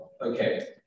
Okay